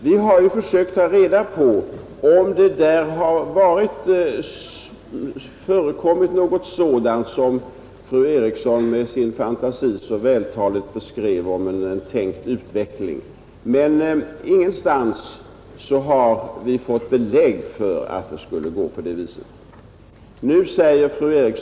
Vi har försökt ta reda på om det där har förekommit något sådant som fru Eriksson med sin fantasi så vältaligt beskrev som en tänkt utveckling, men ingenstans har vi fått belägg för att det har gått på det viset.